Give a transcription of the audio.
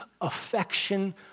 affection